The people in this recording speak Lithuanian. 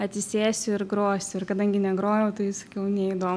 atsisėsiu ir grosiu ir kadangi negrojau tai sakiau neįdom